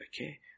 Okay